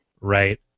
Right